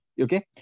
Okay